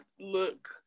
look